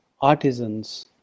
artisans